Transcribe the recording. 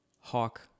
Hawk